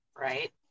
right